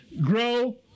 grow